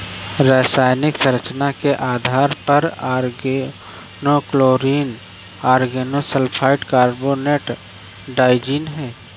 रासायनिक संरचना के आधार पर ऑर्गेनोक्लोरीन ऑर्गेनोफॉस्फेट कार्बोनेट ट्राइजीन है